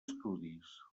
estudis